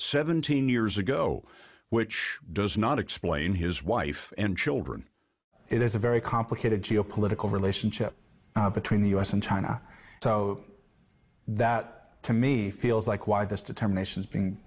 seventeen years ago which does not explain his wife and children it is a very complicated geo political relationship between the u s and china so that to me feels like why this determination is being